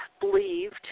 believed